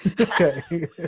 Okay